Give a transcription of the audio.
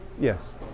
Yes